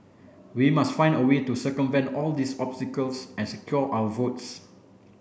we must find a way to circumvent all these obstacles and secure our votes